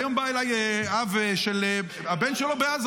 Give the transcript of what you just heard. היום בא אליי אב שהבן שלו בעזה,